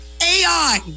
AI